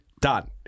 Done